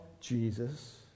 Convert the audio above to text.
Jesus